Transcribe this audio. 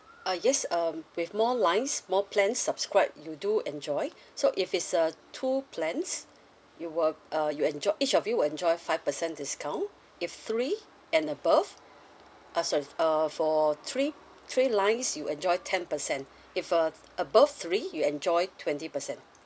uh yes um with more lines more plans subscribed you do enjoy so if it's uh two plans you will uh you enjoy each of you will enjoy five percent discount if three and above uh sorry uh for three three lines you enjoy ten percent if a~ above three you enjoy twenty percent